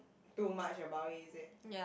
too much about it is it